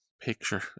picture